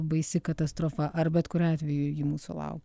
baisi katastrofa ar bet kuriuo atveju ji mūsų laukia